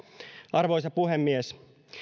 arvoisa puhemies